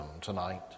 tonight